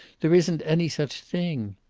there isn't any such thing.